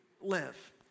live